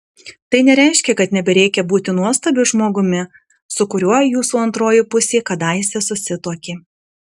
tai nereiškia kad nebereikia būti nuostabiu žmogumi su kuriuo jūsų antroji pusė kadaise susituokė